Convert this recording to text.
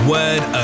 Word